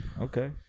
Okay